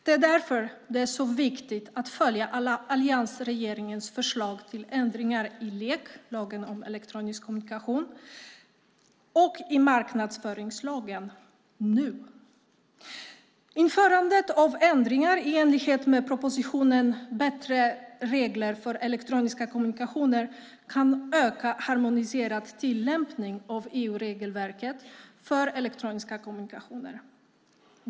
Det är därför det är så viktigt att nu följa alliansregeringens förslag till ändringar i LEK, lagen om elektronisk kommunikation, och i marknadsföringslagen. Införandet av ändringar i enlighet med propositionen Bättre regler för elektroniska kommunikationer kan öka en harmoniserad tillämpning av EU-regelverket för elektroniska kommunikationer.